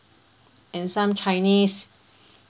and some chinese